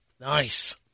Nice